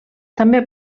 també